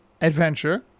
adventure